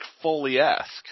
Foley-esque